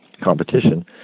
competition